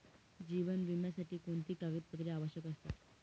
जीवन विम्यासाठी कोणती कागदपत्रे आवश्यक असतात?